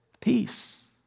peace